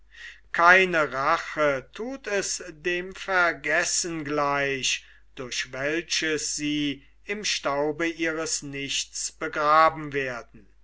keine rache thut es dem vergessen gleich durch welches sie im staube ihres nichts begraben werden